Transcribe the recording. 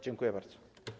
Dziękuję bardzo.